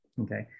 okay